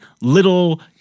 little